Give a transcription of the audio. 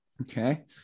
Okay